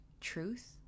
truth